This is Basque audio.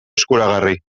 eskuragarri